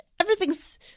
everything's